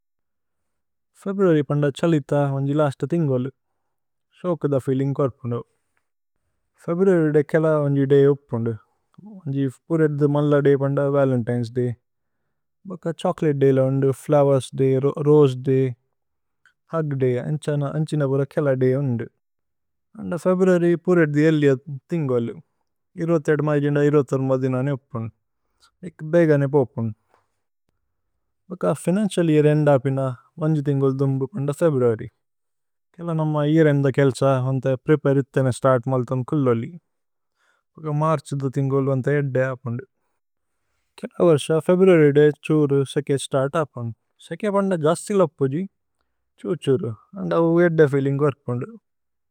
ഫേബ്രുഅരി പന്ദ ഛലിഥ വന്ജി ലസ്ത തിന്ഗ്വലു। ശോകദ ഫീലിന്ഗ് കോര്പുന്ദു ഫേബ്രുഅരി ദേ കേല। വന്ജി ദയ് ഉപ്പുന്ദു വന്ജി പുരേദ്ദി മല്ല ദയ്। പന്ദ വലേന്തിനേസ് ദയ്। ഭക്ക ഛോചോലതേ ദയ് ല। ഉന്ദു flowers day rose day hug day ഏന്ഛന। ഏന്ഛിന പുര കേല ദയ് ഉന്ദു ഫേബ്രുഅരി പുരേദ്ദി। ഏല്ലിഅ തിന്ഗ്വലു മൈജുന്ദ ദിനനേ ഉപ്പുന്ദു। ഏക് ബേഗനേ പോപുന്ദു ഭക്ക ഫിനന്ചിഅല് യേഅര് ഏന്ദ്। ഉപ്പിന വന്ജി തിന്ഗ്വലു ദുമ്ബു പന്ദ ഫേബ്രുഅരി। കേല നമ യേഅര് ഏന്ദ കേല്സ വന്തേ പ്രേപരിഥനേ। സ്തര്ത്മല്തമ് കുല്ലോലി ഭക്ക മര്ഛു ദു തിന്ഗ്വലു। വന്തേ ഏദ്ദേ ഉപ്പുന്ദു കേല വര്സ ഫേബ്രുഅരി ദയ്। ഛുരു സേകേ സ്തര്ത് ഉപ്പുന്ദു സേകേ പന്ദ ജസ്ത് ലപ്പുജി। ഛ്ഹുരു ഛുര്। അന്ദ ഉവേദ്ദേ ഫീലിന്ഗ് കോര്പുന്ദു।